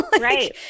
Right